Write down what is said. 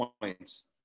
points